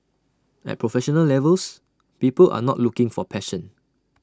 at professional levels people are not looking for passion